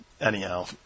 Anyhow